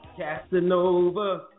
Casanova